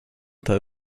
quant